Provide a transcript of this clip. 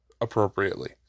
appropriately